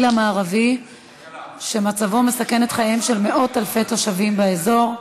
המערבי מסכן את חייהם של מאות-אלפי תושבים באזור.